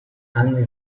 anni